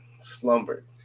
slumbered